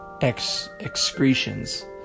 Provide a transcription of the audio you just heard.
excretions